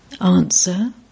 Answer